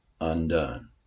undone